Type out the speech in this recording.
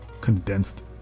condensed